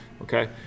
Okay